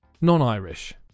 non-Irish